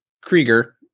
Krieger